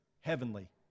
heavenly